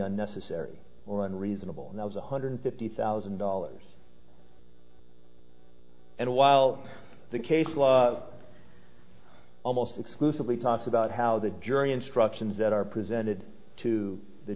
unnecessary or unreasonable that was one hundred fifty thousand dollars and while the case law almost exclusively talks about how the jury instructions that are presented to the